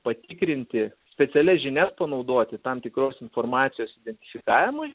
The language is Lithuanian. patikrinti specialias žinias panaudoti tam tikros informacijos identifikavimui